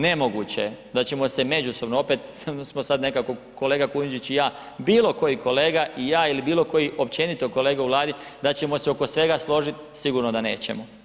Nemoguće je da ćemo se međusobno opet, smo sad nekako kolega Kujundžić i ja, bilo koji kolega i ja ili bilo koji općenito kolege u Vladi, da ćemo se oko svega složiti, sigurno da nećemo.